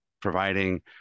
providing